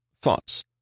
thoughts